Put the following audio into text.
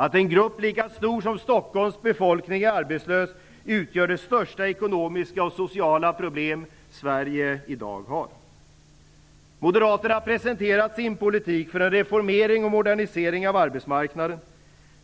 Att en grupp lika stor som Stockholms befolkning är arbetslös utgör det största ekonomiska och sociala problem Sverige i dag har. Moderaterna presenterar sin politik för en reformering och modernisering av arbetsmarknaden.